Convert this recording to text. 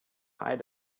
height